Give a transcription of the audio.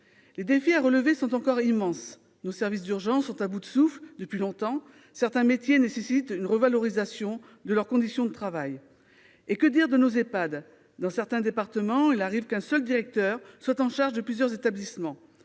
Les défis à relever sont encore immenses : depuis longtemps, nos services d'urgence sont à bout de souffle et certains métiers nécessitent une revalorisation des conditions de travail. Et que dire de nos Ehpad ? Dans certains départements, il arrive qu'un seul directeur soit en charge de plusieurs établissements.